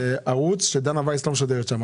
זה ערוץ שדנה וייס לא משדרת שם,